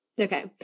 Okay